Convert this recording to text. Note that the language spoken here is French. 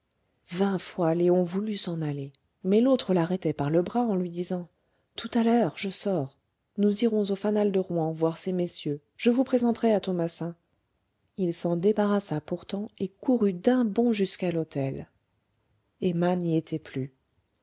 vingt fois léon voulut s'en aller mais l'autre l'arrêtait par le bras en lui disant tout à l'heure je sors nous irons au fanal de rouen voir ces messieurs je vous présenterai à thomassin il s'en débarrassa pourtant et courut d'un bond jusqu'à l'hôtel emma n'y était plus